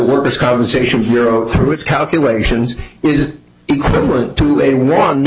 workers compensation hero through its calculations is equivalent to a one